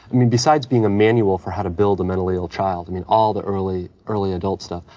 i mean, besides being a manual for how to build a mentally ill child, i mean, all the early, early adult stuff,